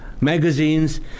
magazines